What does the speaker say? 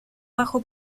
bajo